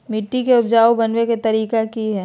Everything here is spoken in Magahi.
मिट्टी के उपजाऊ बनबे के तरिका की हेय?